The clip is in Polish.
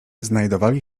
znajdowali